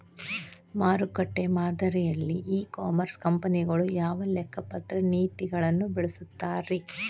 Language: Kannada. ಮಾರುಕಟ್ಟೆ ಮಾದರಿಯಲ್ಲಿ ಇ ಕಾಮರ್ಸ್ ಕಂಪನಿಗಳು ಯಾವ ಲೆಕ್ಕಪತ್ರ ನೇತಿಗಳನ್ನ ಬಳಸುತ್ತಾರಿ?